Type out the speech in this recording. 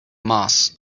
moss